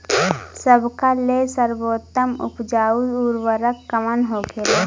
सबका ले सर्वोत्तम उपजाऊ उर्वरक कवन होखेला?